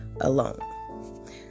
alone